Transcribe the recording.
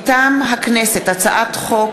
מטעם הכנסת: הצעת חוק